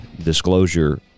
Disclosure